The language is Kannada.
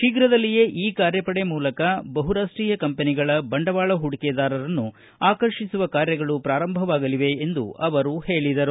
ಶೀಘದಲ್ಲಿಯೇ ಈ ಕಾರ್ಯಪಡೆ ಮೂಲಕ ಬಹುರಾಷ್ಷೀಯ ಕಂಪೆನಿಗಳ ಬಂಡವಾಳ ಹೂಡಿಕೆದಾರರನ್ನು ಆಕರ್ಷಿಸುವ ಕಾರ್ಯಗಳು ಪ್ರಾರಂಭವಾಗಲಿವೆ ಎಂದು ಅವರು ಹೇಳಿದರು